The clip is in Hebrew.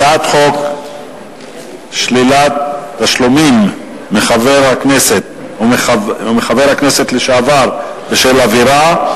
הצעת חוק שלילת תשלומים מחבר הכנסת ומחבר הכנסת לשעבר בשל עבירה,